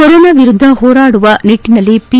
corona ವಿರುದ್ದ ಹೋರಾಡುವ ನಿಟ್ಟಿನಲ್ಲಿ ಪಿ